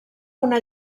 una